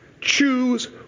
choose